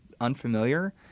unfamiliar